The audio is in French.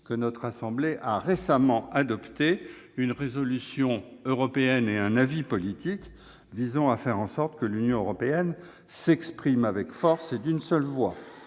que la Haute Assemblée a récemment adopté une résolution européenne et un avis politique visant à faire en sorte que l'Union européenne s'exprime avec force et d'une seule voix.